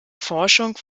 forschung